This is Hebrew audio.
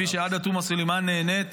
כפי שעאידה תומא סלימאן נהנית